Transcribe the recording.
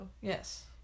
Yes